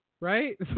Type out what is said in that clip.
right